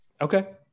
Okay